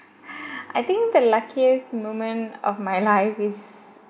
I think the luckiest moment of my life is